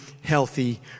healthy